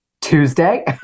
tuesday